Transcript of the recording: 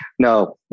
No